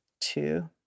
two